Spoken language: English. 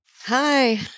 Hi